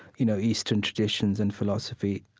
you know, eastern traditions and philosophy.